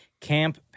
Camp